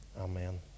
Amen